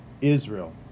Israel